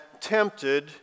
tempted